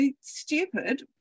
stupid